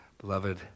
Beloved